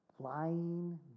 Lying